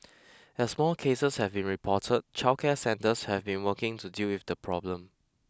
as more cases have been reported childcare centres have been working to deal with the problem